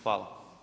Hvala.